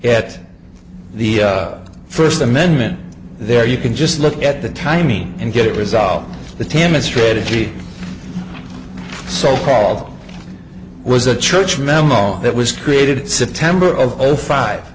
at the first amendment there you can just look at the timing and get it resolved the tema strategy so called was a church memo that was created september of zero five